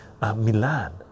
milan